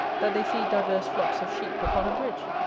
that they feed divers flocks of sheep upon a bridge.